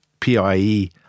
PIE